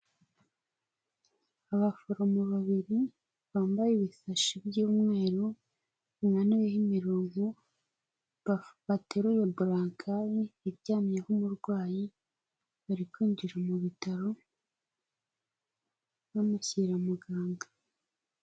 Abaforomo babiri bambaye ibisashi by'umweru binanuyeho imirongo bateruye burankali iryamyeho umurwayi, bari kwinjira mu bitaro bamushyira muganga.